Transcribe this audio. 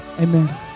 amen